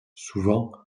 souvent